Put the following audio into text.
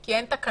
כי אין תקנות.